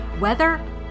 weather